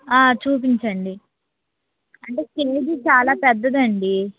ఆ చూపించండి అంటే స్టేజ్ చాలా పెద్దది అండి